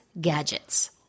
Gadgets